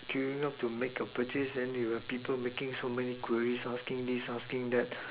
queueing up to make a purchase then you have people making so many queries asking this asking that